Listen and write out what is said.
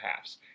halves